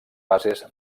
bases